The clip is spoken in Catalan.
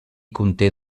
conté